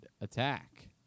attack